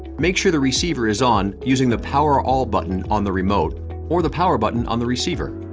make sure the receiver is on using the power all button on the remote or the power button on the receiver.